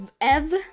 Ev